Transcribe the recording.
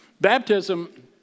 Baptism